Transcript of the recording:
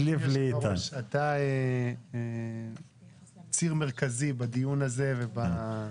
הייתה, אולי לא שמנו לב לזה בדיונים בינינו,